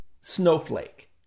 snowflake